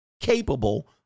capable